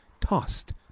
tossed